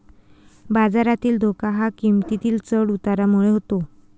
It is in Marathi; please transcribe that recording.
बाजारातील धोका हा किंमतीतील चढ उतारामुळे होतो